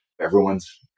Everyone's